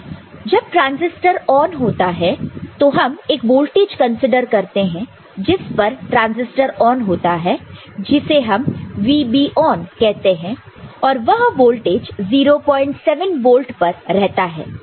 जब transistor ON होता है तो हम एक वोल्टेज कंसीडर करते हैं जिस पर ट्रांसिस्टर ON होता है जिसे हम VBE कहते हैं और वह वोल्टेज 07 वोल्ट पर रहता है